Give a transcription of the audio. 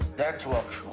network.